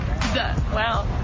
wow